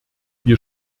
wir